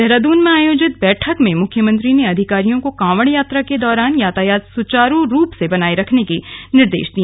देहरादून में आयोजित बैठक में मुख्यमंत्री ने अधिकारियों को कांवड़ यात्रा के दौरान यातायात व्यवस्था सुचारू बनाए रखने के निर्देश दिए